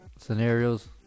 scenarios